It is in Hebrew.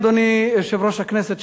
אדוני יושב-ראש הכנסת,